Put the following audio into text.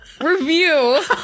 Review